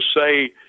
say